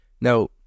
Now